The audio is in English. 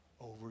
over